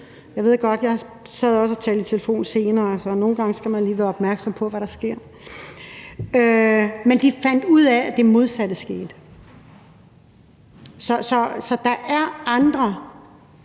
jeg ved godt, at jeg også sad og talte i telefon, men nogle gange skal man lige være opmærksom på, hvad der sker – men de fandt ud af, at det modsatte skete. Så der er andre